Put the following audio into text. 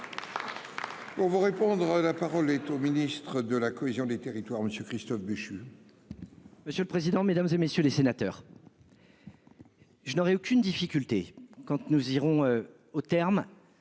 Pour vous répondre. La parole est au ministre de la cohésion des territoires, monsieur Christophe Béchu. Monsieur le président, Mesdames, et messieurs les sénateurs. Je n'aurai aucune difficulté quand tu nous irons au terme